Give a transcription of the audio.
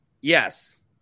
Yes